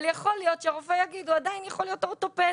אבל יכול להיות שהרופא יגיד 'הוא עדיין יכול להיות אורתופד'.